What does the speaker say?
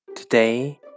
Today